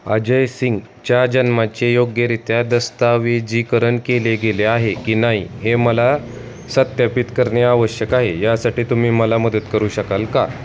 अजय सिंगच्या जन्माचे योग्यरीत्या दस्तऐवजीकरण केले गेले आहे की नाही हे मला सत्यापित करणे आवश्यक आहे यासाठी तुम्ही मला मदत करू शकाल का